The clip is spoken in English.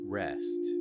rest